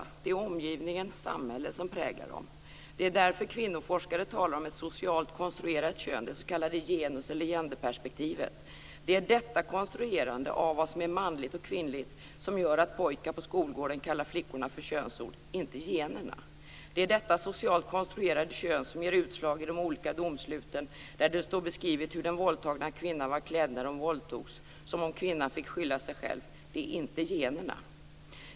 Det är omgivningen, samhället, som präglar dem. Det är därför som kvinnoforskare talar om ett socialt konstruerat kön, det s.k. genus eller gender-perspektivet. Det är detta konstruerande av vad som är manligt och kvinnligt som gör att pojkar på skolgården kallar flickorna vid könsord - inte generna. Det är detta socialt konstruerade kön som ger utslag i de olika domsluten där det står beskrivet hur den våldtagna kvinnan var klädd när hon våldtogs, som om kvinnan fick skylla sig själv - inte generna.